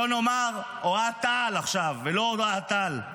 שלא נאמר "אוהד תע"ל" עכשיו, ולא אוהד טל.